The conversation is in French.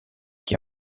qui